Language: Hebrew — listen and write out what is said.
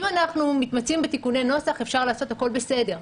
אם אנחנו מתמצאים בתיקוני נוסח אפשר לעשות הכול בסדר.